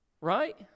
right